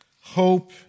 Hope